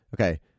Okay